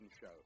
Show